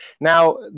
Now